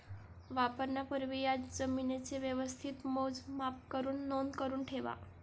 वापरण्यापूर्वी या जमीनेचे व्यवस्थित मोजमाप करुन नोंद करुन ठेवा